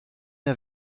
der